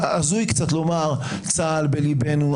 הזוי קצת לומר: צה"ל בליבנו,